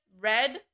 red